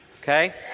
Okay